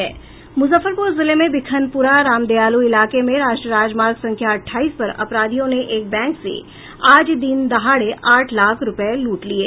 मुजफ्फरपुर जिले में भिखनपुरा रामदयालु इलाके में राष्ट्रीय राजमार्ग संख्या अठाईस पर अपराधियों ने एक बैंक से आज दिन दहाड़े आठ लाख रूपये लूट लिये